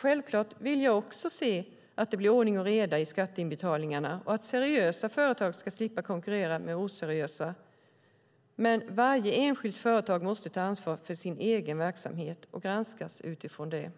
Självklart vill jag också se att det blir ordning och reda i skatteinbetalningarna och att seriösa företag ska slippa konkurrera med oseriösa, men varje enskilt företag måste ta ansvar för sin egen verksamhet och granskas utifrån det.